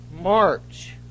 March